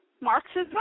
Marxism